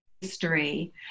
history